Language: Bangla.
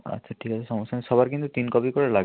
আচ্ছা ঠিক আছে সমস্যা নাই সবার কিন্তু তিন কপি করে লাগবে